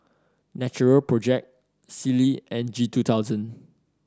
Natural Project Sealy and G two thousand